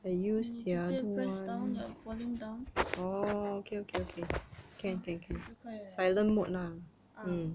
你直接 press down the volume down uh 就可以了 ah